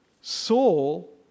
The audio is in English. Saul